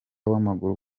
w’amaguru